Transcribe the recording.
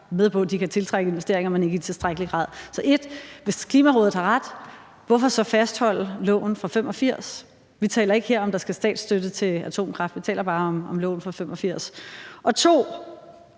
med på, at man kan tiltrække investeringer, men ikke i tilstrækkelig grad. Så 1): Hvis Klimarådet har ret, hvorfor så fastholde loven fra 1985? Vi taler ikke her om, om der skal statsstøtte til atomkraft, vi taler bare om loven fra 1985.